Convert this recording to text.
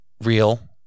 real